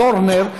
את דורנר,